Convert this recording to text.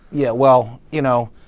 yeah. well, you know,